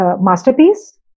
masterpiece